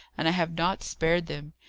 and i have not spared them.